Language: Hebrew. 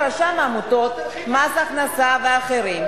חברת הכנסת זוארץ,